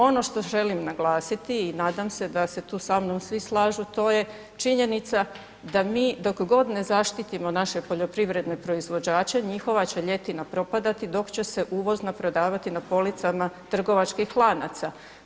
Ono što želim naglasiti i nadam se da se tu sa mnom svi slažu a to je činjenica da mi dok god ne zaštitimo naše poljoprivredne proizvođače, njihova će ljetina propadati dok će uvozna prodavati na policama trgovačkih lanaca.